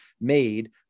made